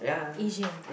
Asian